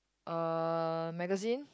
uh magazine